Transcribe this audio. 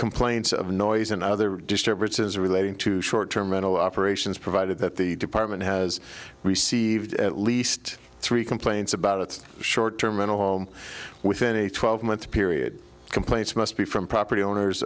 complaints of noise and other disturbances relating to short term mental operations provided that the department has received at least three complaints about its short term in a home within a twelve month period complaints must be from property owners